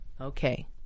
okay